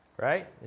Right